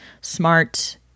smart